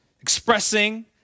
expressing